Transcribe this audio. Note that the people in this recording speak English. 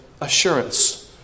assurance